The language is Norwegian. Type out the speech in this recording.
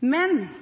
Men